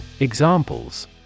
Examples